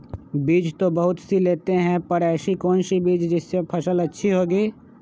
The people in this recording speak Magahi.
बीज तो बहुत सी लेते हैं पर ऐसी कौन सी बिज जिससे फसल अच्छी होगी?